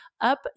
up